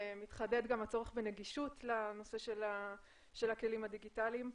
ומתחדד גם הצורך בנגישות לנושא של הכלים הדיגיטליים.